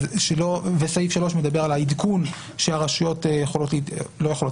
וסעיף 3 מדבר על העדכון שהרשויות צריכות